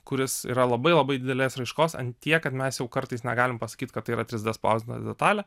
kuris yra labai labai didelės raiškos ant tiek kad mes jau kartais negalim pasakyt kad tai yra trys d spausdinta detalė